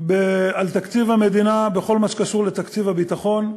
על תקציב המדינה בכל מה שקשור לתקציב הביטחון.